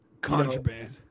Contraband